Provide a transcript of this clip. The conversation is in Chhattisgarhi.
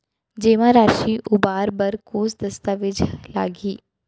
जेमा राशि उबार बर कोस दस्तावेज़ लागही?